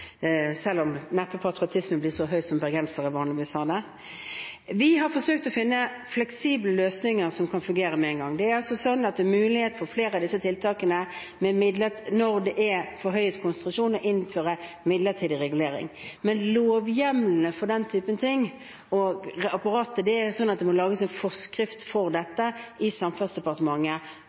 selv om patriotismen neppe blir så høy som den bergensere vanligvis har. Vi har forsøkt å finne fleksible løsninger som kan fungere med en gang. Når det gjelder flere av disse tiltakene, er det mulighet – når det er forhøyet konsentrasjon – til å innføre midlertidig regulering. Men lovhjemlene og apparatet for den typen ting er slik at det må lages en forskrift i Samferdselsdepartementet angående hvordan dette